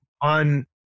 on